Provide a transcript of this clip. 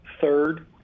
third